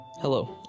Hello